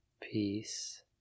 peace